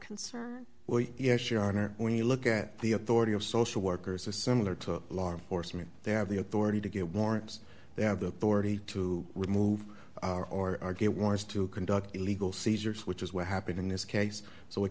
concern well yes your honor when you look at the authority of social workers a similar to law enforcement they have the authority to get warrants they have the authority to remove our or get warrants to conduct illegal seizures which is what happened in this case so it